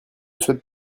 souhaite